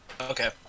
Okay